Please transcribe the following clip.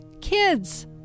kids